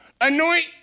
anoint